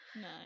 no